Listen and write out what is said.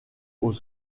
aux